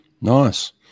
Nice